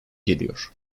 geliyor